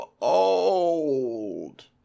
old